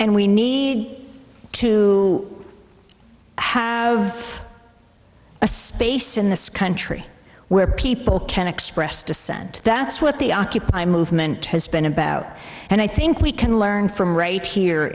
and we need to have a space in this country where people can express dissent that's what the occupy movement has been about and i think we can learn from right here